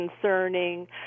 concerning